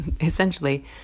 Essentially